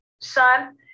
son